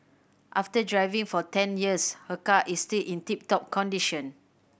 after driving for ten years her car is still in tip top condition